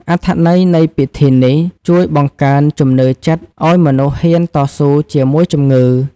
អត្ថន័យនៃពិធីនេះ ជួយបង្កើនជំនឿចិត្តឱ្យមនុស្សហ៊ានតស៊ូជាមួយជំងឺ។